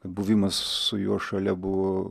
buvimas su juo šalia buvo